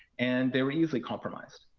and they were easily compromised.